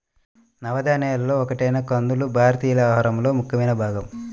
నవధాన్యాలలో ఒకటైన కందులు భారతీయుల ఆహారంలో ముఖ్యమైన భాగం